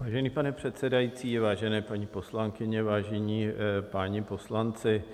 Vážený pane předsedající, vážené paní poslankyně, vážení páni poslanci,